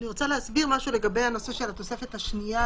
אני רוצה להסביר משהו לגבי הנושא של התוספת השנייה,